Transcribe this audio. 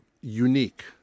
unique